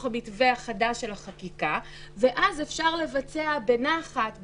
המתווה החדש של החקיקה ואז אפשר לבצע בנחת,